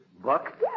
Buck